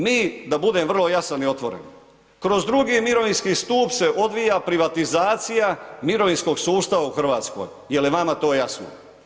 Mi, da budem vrlo jasan i otvoren, kroz drugi mirovinski stup se odvija privatizacija mirovinskog sustava u RH, je li vama to jasno?